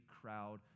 crowd